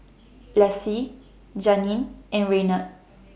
Lessie Janeen and Raynard